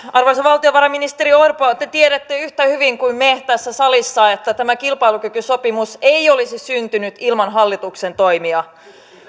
arvoisa valtiovarainministeri orpo te tiedätte yhtä hyvin kuin me tässä salissa että tämä kilpailukykysopimus ei olisi syntynyt ilman hallituksen toimia